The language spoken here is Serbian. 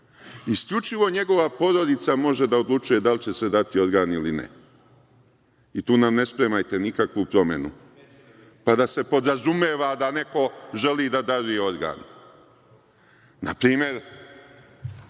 isključivo njegova porodica može da odlučuje da li će se dati organ ili ne. Tu nam ne spremajte nikakvu promenu. Valjda se podrazumeva da neko želi da daruje organ. Na primer,